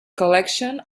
collection